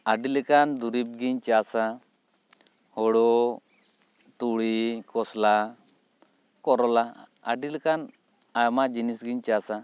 ᱟᱹᱰᱤ ᱞᱮᱠᱟᱱ ᱫᱩᱨᱤᱵᱽ ᱜᱮᱧ ᱪᱟᱥᱟ ᱦᱳᱲᱳ ᱛᱩᱲᱤ ᱠᱷᱚᱥᱞᱟ ᱠᱚᱨᱚᱞᱟ ᱟᱹᱰᱤ ᱞᱮᱠᱟᱱ ᱟᱭᱢᱟ ᱡᱤᱱᱤᱥ ᱜᱮᱧ ᱪᱟᱥᱟ